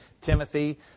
Timothy